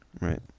right